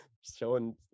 showing